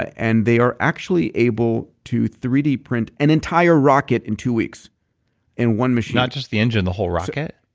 ah and they are actually able to three d print an entire rocket in two weeks in one machine not just the engine, the whole rocket?